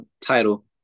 title